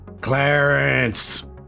Clarence